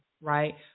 right